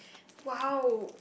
!wow!